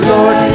Lord